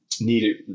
needed